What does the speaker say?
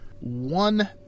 one